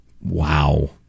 Wow